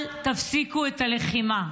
אל תפסיקו את הלחימה.